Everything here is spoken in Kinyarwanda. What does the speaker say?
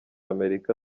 amerika